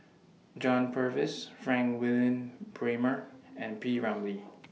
John Purvis Frank Wilmin Brewer and P Ramlee